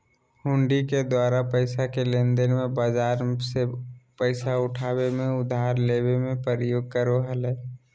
हुंडी के द्वारा पैसा के लेनदेन मे, बाजार से पैसा उठाबे मे, उधार लेबे मे प्रयोग करो हलय